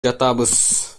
жатабыз